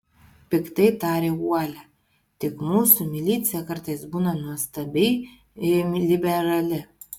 piktai tarė uolia tik mūsų milicija kartais būna nuostabiai liberali